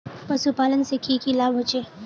पशुपालन से की की लाभ होचे?